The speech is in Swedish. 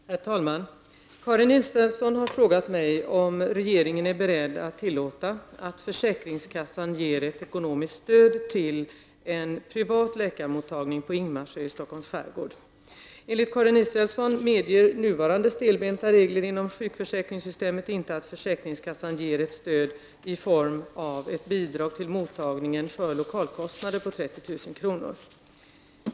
Herr talman! Karin Israelsson har frågat mig om regeringen är beredd att tillåta att försäkringskassan ger ett ekonomiskt stöd till en privat läkarmottagning på Ingmarsö i Stockholms skärgård. Enligt Karin Israelsson medger nuvarande stelbenta regler inom sjukförsäkringssystemet inte att försäkringskassan ger ett stöd i form av ett bidrag till mottagningen för lokalkostnader på 30 000 kr.